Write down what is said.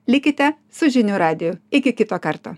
likite su žinių radiju iki kito karto